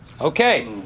Okay